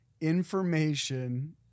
information